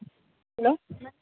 hello